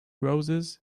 roses